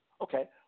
Okay